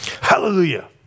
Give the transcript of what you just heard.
Hallelujah